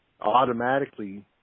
automatically